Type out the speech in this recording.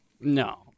No